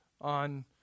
on